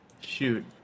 shoot